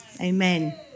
Amen